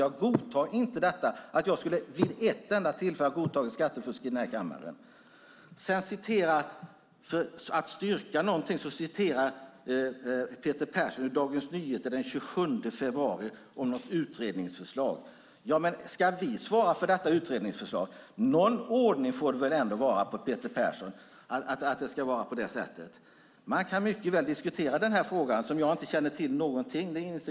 Jag godtar inte det, att jag vid ett enda tillfälle skulle ha godtagit skattefusk i den här kammaren. För att styrka någonting läser Peter Persson ur Dagens Nyheter från den 27 januari om något utredningsförslag. Ska vi svara för detta utredningsförslag? Någon ordning får det väl ändå vara, Peter Persson! Man kan mycket väl diskutera den här frågan, som jag inte känner till.